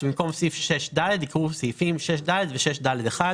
שבמקום "סעיף 6ד" יקראו "סעיפים 6ד ו-6ד1".